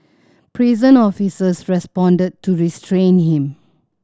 prison officers responded to restrain him